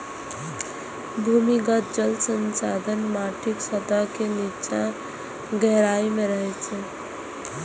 भूमिगत जल संसाधन माटिक सतह के निच्चा गहराइ मे रहै छै